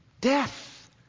Death